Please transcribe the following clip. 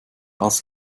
was